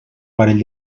parell